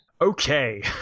Okay